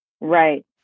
Right